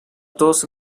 those